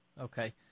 Okay